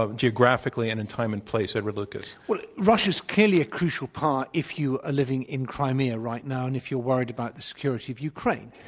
geographically and in time and place. edward lucas. well, russia's clearly a crucial part if you are living in crimea right now, and if you're worried about the security of ukraine.